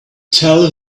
tell